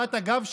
בהערת אגב שלי,